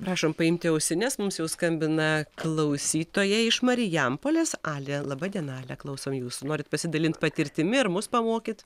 prašom paimti ausines mums jau skambina klausytoja iš marijampolės alė laba diena ale klausom jūsų norit pasidalint patirtimi ir mus pamokyt